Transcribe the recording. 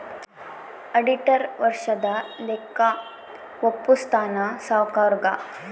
auditor ವರ್ಷದ ಲೆಕ್ಕ ವಪ್ಪುಸ್ತಾನ ಸಾವ್ಕರುಗಾ